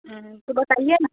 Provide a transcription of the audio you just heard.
तो बताइए ना